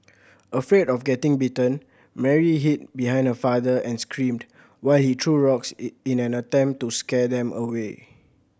afraid of getting bitten Mary hid behind her father and screamed while he threw rocks in an attempt to scare them away